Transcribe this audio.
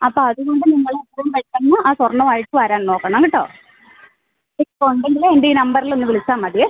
അപ്പം അതുകൊണ്ട് നിങ്ങൾ എത്രയും പെട്ടെന്ന് ആ സ്വർണ്ണവായിട്ട് വരാൻ നോക്കണം കേട്ടോ എന്തെങ്കിലും ഉണ്ടെങ്കിൽ എൻ്റെ ഈ നമ്പർലൊന്ന് വിളിച്ചാൽ മതിയെ